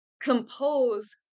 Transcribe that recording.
compose